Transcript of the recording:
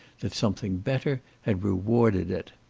that something better had rewarded it.